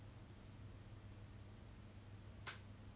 okay but I think the most extreme thing about this is that they keep